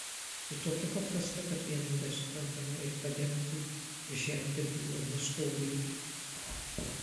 ji tokia paprasta kad vienodai suprantama ir akademikui ir žemdirbiui ar miško urėdui